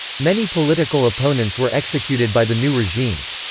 many political opponents were executed by the new regimes.